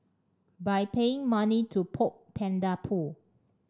by paying money to poke panda poo